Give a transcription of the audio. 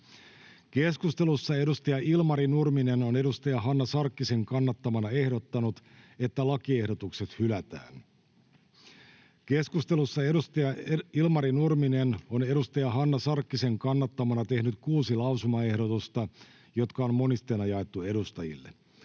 Keskustelussa edustaja Ilmari Nurminen on edustaja Hanna Sarkkisen kannattamana ehdottanut, että lakiehdotukset hylätään. Keskustelussa edustaja Ilmari Nurminen on edustaja Hanna Sarkkisen kannattamana tehnyt kuusi lausumaehdotusta, jotka on monisteena jaettu edustajille.